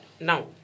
now